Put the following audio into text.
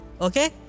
Okay